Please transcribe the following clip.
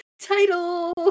title